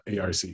ARC